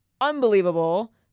unbelievable